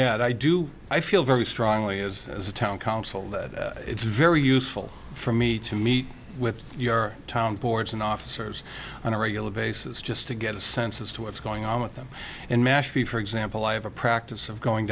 yeah i do i feel very strongly is the town council that it's very useful for me to meet with your town boards and officers on a regular basis just to get a sense as to what's going on with them in mashpee for example i have a practice of going